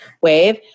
wave